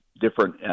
different